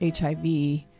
HIV